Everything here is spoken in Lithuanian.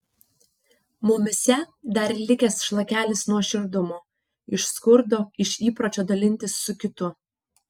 mumyse dar likęs šlakelis nuoširdumo iš skurdo iš įpročio dalintis su kitu